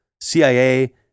CIA